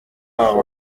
wabo